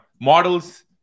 models